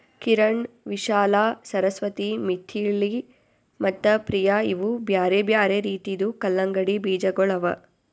ಕಿರಣ್, ವಿಶಾಲಾ, ಸರಸ್ವತಿ, ಮಿಥಿಳಿ ಮತ್ತ ಪ್ರಿಯ ಇವು ಬ್ಯಾರೆ ಬ್ಯಾರೆ ರೀತಿದು ಕಲಂಗಡಿ ಬೀಜಗೊಳ್ ಅವಾ